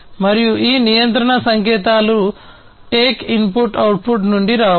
మరియు ఈ నియంత్రణ సంకేతాలు టేక్ ఇన్పుట్ అవుట్పుట్ నుండి రావచ్చు